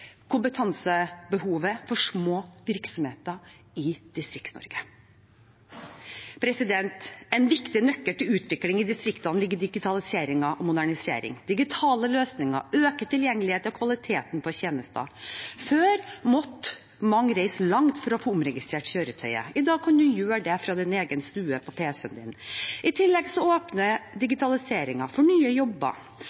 kompetansebehovet hos små virksomheter i Distrikts-Norge. En viktig nøkkel for utvikling i distriktene ligger i digitalisering og modernisering. Digitale løsninger øker tilgjengeligheten og kvaliteten på tjenester. Før måtte mange reise langt for å få omregistrert kjøretøyet. I dag kan man gjøre det fra sin egen stue på pc-en sin. I tillegg åpner